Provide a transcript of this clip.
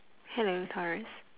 hello taurus